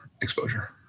exposure